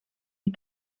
die